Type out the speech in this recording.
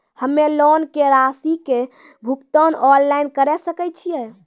हम्मे लोन के रासि के भुगतान ऑनलाइन करे सकय छियै?